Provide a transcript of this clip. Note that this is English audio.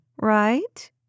right